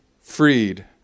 freed